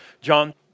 John